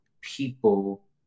people